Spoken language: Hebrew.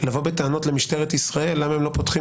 לבוא בטענות למשטרת ישראל למה הם לא פותחים